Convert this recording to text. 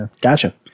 Gotcha